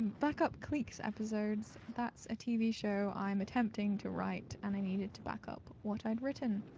and back-up cliques episodes that's a tv show i'm attempting to write and i needed to back-up what i'd written.